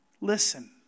listen